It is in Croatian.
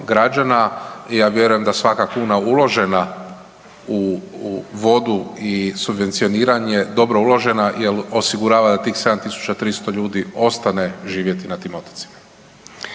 Ja vjerujem da svaka kuna uložena u vodu i subvencioniranje je dobro uložena jel osigurava da tih 7300 ljudi ostane živjeti na tim otocima.